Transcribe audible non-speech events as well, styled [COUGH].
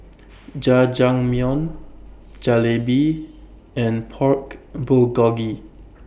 [NOISE] Jajangmyeon Jalebi and Pork Bulgogi